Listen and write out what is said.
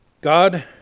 God